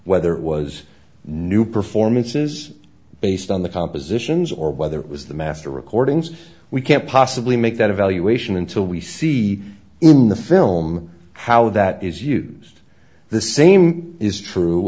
whether it was new performances based on the compositions or whether it was the master recordings we can't possibly make that evaluation until we see in the film how that is used the same is true